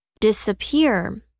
Disappear